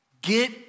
get